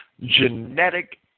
genetic